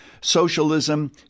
socialism